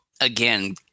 again